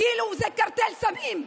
כאילו זה קרטל סמים,